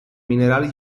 minerali